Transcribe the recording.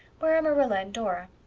where are marilla and dora?